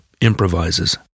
improvises